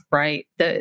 right